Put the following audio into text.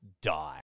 die